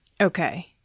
Okay